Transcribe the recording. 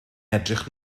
edrych